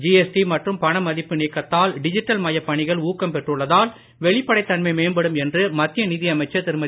GST மற்றும் பணமதிப்பு நீக்கத்தால் டிஜிட்டல் மயப் பணிகள் ஊக்கம் பெற்றுள்ளதால் வெளிப்படைத் தன்மை மேம்படும் என்று மத்திய நிதி அமைச்சர் திருமதி